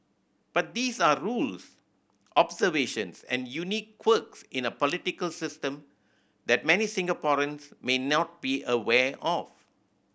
but these are rules observations and unique quirks in a political system that many Singaporeans may not be aware of